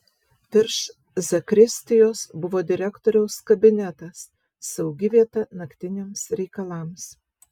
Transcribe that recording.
virš zakristijos buvo direktoriaus kabinetas saugi vieta naktiniams reikalams